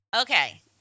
Okay